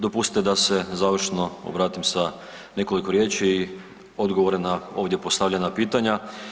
Dopustite da se završno obratim sa nekoliko riječi i odgovore na ovdje postavljena pitanja.